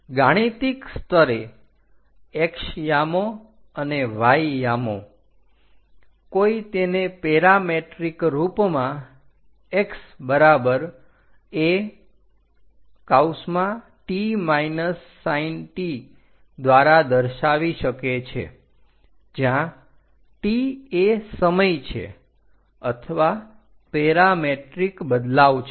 અને ગાણિતિક સ્તરે x યામો અને y યામો કોઈ તેને પેરામેટ્રિક રૂપમાં x at sin દ્વારા દર્શાવી શકે છે જ્યાં t એ સમય છે અથવા પેરામેટ્રિક બદલાવ છે